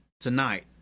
tonight